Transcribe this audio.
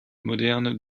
moderne